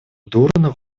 дурно